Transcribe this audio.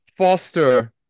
Foster